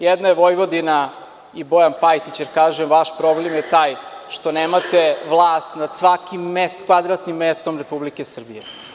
Jedna je Vojvodina i Bojan Pajtić, jer, kažem, vaš problem je taj što nemate vlast nad svakim kvadratnim metrom Republike Srbije.